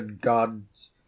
gods